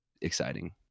Exciting